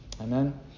Amen